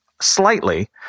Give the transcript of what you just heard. slightly